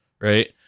Right